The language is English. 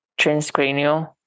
transcranial